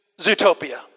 Zootopia